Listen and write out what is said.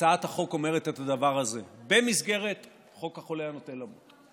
הצעת החוק אומרת את הדבר הזה: במסגרת חוק החולה הנוטה למות,